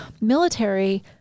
military